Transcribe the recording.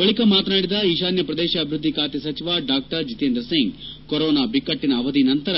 ಬಳಿಕ ಮಾತನಾಡಿದ ಈಶಾನ್ಯ ಪ್ರದೇಶ ಅಭಿವೃದ್ಧಿ ಖಾತೆ ಸಚಿವ ಡಾ ಜಿತೇಂದ್ರ ಸಿಂಗ್ ಕೋರೊನಾ ಬಿಕ್ಕಟ್ಟಿನ ಅವಧಿ ನಂತರ